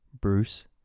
Bruce